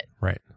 Right